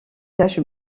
taches